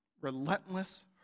relentless